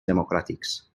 democràtics